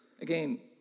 Again